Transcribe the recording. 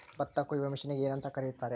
ಭತ್ತ ಕೊಯ್ಯುವ ಮಿಷನ್ನಿಗೆ ಏನಂತ ಕರೆಯುತ್ತಾರೆ?